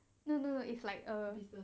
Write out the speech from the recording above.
no no no it's like a